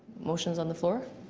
motions on the floor.